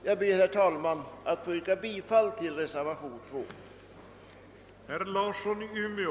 Jag ber, herr talman, att få yrka bifall till reservationen 2.